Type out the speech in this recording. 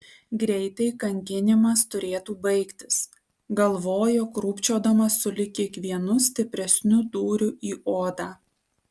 greitai kankinimas turėtų baigtis galvojo krūpčiodama sulig kiekvienu stipresniu dūriu į odą